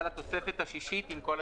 על התוספת השישית עם כל התיקונים.